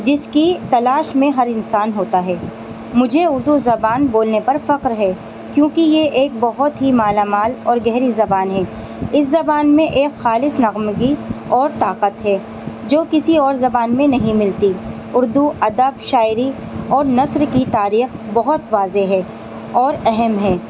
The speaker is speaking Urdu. جس کی تلاش میں ہر انسان ہوتا ہے مجھے اردو زبان بولنے پر فخر ہے کیونکہ یہ ایک بہت ہی مالا مال اور گہری زبان ہے اس زبان میں ایک خالص نغمگی اور طاقت ہے جو کسی اور زبان میں نہیں ملتی اردو ادب شاعری اور نثر کی تاریخ بہت واضح ہے اور اہم ہے